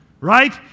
right